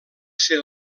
ser